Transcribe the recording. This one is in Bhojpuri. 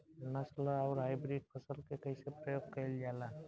नस्ल आउर हाइब्रिड फसल के कइसे प्रयोग कइल जाला?